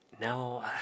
now